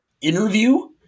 interview